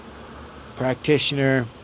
practitioner